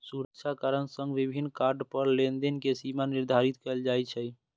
सुरक्षा कारण सं विभिन्न कार्ड पर लेनदेन के सीमा निर्धारित कैल जाइ छै